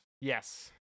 Yes